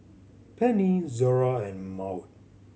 Pennie Zora and Maud